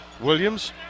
Williams